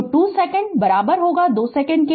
तो 2 second 2 second